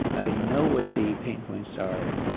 i know what the pain points are.